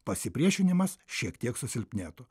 pasipriešinimas šiek tiek susilpnėtų